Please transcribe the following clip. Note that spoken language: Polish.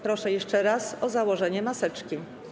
Proszę jeszcze raz o założenie maseczki.